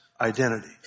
identity